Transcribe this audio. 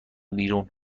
بیرون